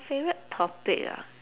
favourite topic ah